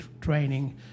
training